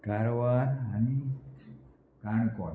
कारवार आनी काणकोण